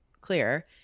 clear